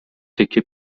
تکه